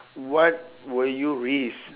what will you risk